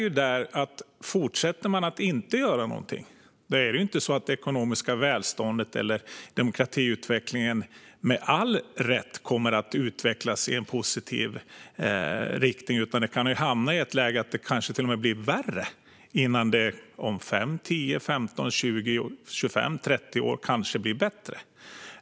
Om man fortsätter att låta bli att göra någonting kommer inte det ekonomiska välståndet eller demokratiutvecklingen av sig själva att utvecklas i en positiv riktning, utan man kan hamna i ett läge där det kanske till och med blir värre innan det om 5, 10, 15, 20, 25 eller 30 år kanske blir bättre.